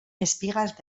espigas